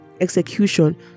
execution